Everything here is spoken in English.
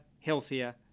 healthier